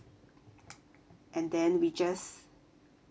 and then we just